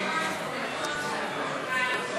הוא לא ראה את זה.